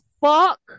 fuck